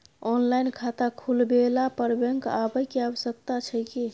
Online खाता खुलवैला पर बैंक आबै के आवश्यकता छै की?